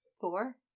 Four